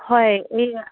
হয় এই